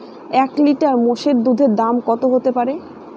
এক লিটার মোষের দুধের দাম কত হতেপারে?